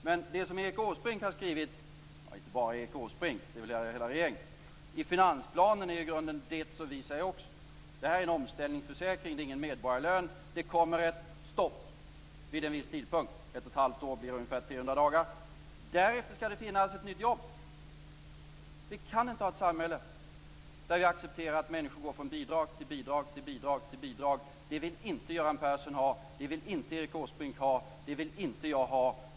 Men det som Erik Åsbrink har skrivit i finansplanen, ja, inte bara Erik Åsbrink, det är väl hela regeringen, är i grunden det som vi också säger. Det här är en omställningsförsäkring, det är ingen medborgarlön. Det kommer ett stopp vid en viss tidpunkt, ett år blir ungefär 300 dagar. Därefter skall det finnas ett nytt jobb. Vi kan inte ha ett samhälle där vi accepterar att människor går från bidrag till bidrag i det oändliga. Det vill inte Göran Persson ha, det vill inte Erik Åsbrink ha och det vill inte jag ha.